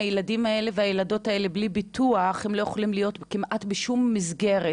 הילדים והילדות האלה בלי ביטוח הם לא יכולים להיות כמעט בשום מסגרת,